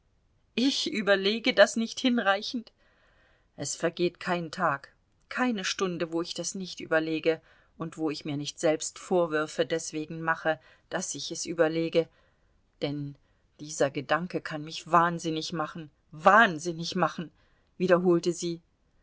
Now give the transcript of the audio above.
ich überlege das nicht hinreichend es vergeht kein tag keine stunde wo ich das nicht überlege und wo ich mir nicht selbst vorwürfe deswegen mache daß ich es überlege denn dieser gedanke kann mich wahnsinnig machen wahnsinnigmachen wiederholte sie